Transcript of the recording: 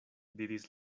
diris